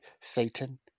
Satan